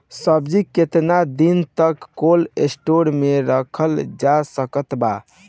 सब्जी केतना दिन तक कोल्ड स्टोर मे रखल जा सकत बा?